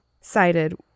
cited